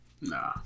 Nah